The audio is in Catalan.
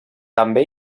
també